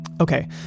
Okay